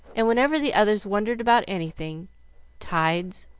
and whenever the others wondered about anything tides,